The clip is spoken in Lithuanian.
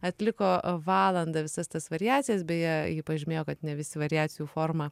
atliko valandą visas tas variacijas beje ji pažymėjo kad ne visi variacijų formą